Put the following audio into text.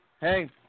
Hey